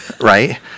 right